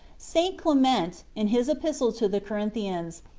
st. clement, in his epistle to the corinthians,